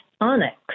onyx